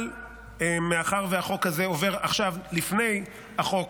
אבל מאחר שהחוק הזה עובר עכשיו לפני החוק